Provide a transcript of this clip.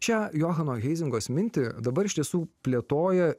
šią johano heizingos mintį dabar iš tiesų plėtoja